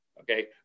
Okay